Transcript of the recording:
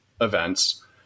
events